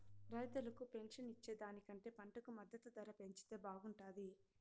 రైతులకు పెన్షన్ ఇచ్చే దానికంటే పంటకు మద్దతు ధర పెంచితే బాగుంటాది